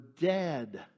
dead